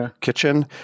kitchen